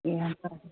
ꯒ꯭ꯌꯥꯥꯟ ꯇꯥꯗꯦ